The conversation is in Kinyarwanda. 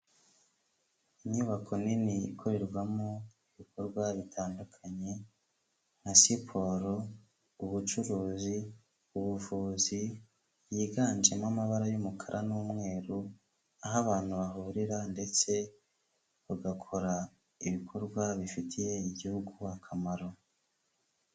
Inyubako nini ikorerwamo ibikorwa bitandukanye nka siporo, ubucuruzi, ubuvuzi, yiganjemo amabara y'umukara n'umweru, aho abantu bahurira ndetse bagakora ibikorwa bifitiye igihugu akamaro.